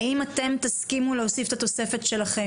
האם אתם תסכימו להוסיף את התוספת שלכם.